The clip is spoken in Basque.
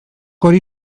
hori